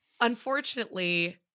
unfortunately